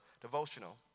devotional